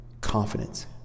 confidence